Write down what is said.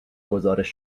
گزارش